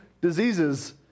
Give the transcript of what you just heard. diseases